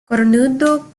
cornudo